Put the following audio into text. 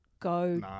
Go